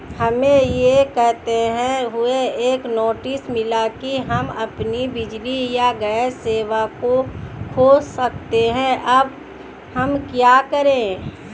हमें यह कहते हुए एक नोटिस मिला कि हम अपनी बिजली या गैस सेवा खो सकते हैं अब हम क्या करें?